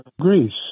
Greece